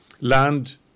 land